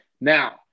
Now